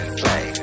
play